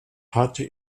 hatte